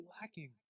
lacking